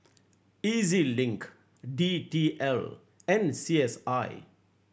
E Z Link D T L and C S I